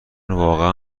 واقعا